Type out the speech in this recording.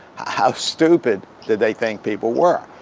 how stupid did they think people were?